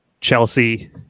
Chelsea